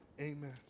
amen